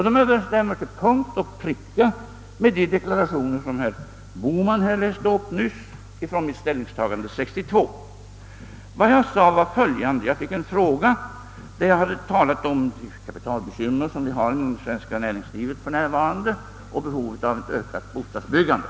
De överensstämmer till punkt och pricka med de deklarationer som herr Bohman nyss läste upp och som var hämtade från mitt ställningstagande 1962. Vad som hände var följande. Jag hade talat om de kapitalbekymmer vi för närvarande har inom det svenska näringslivet och om behovet av ett ökat bostadsbyggande.